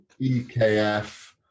EKF